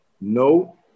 No